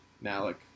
malik